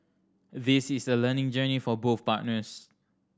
this is a learning journey for both partners